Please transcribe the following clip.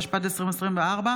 התשפ"ד 2024,